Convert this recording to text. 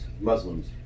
Muslims